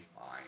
fine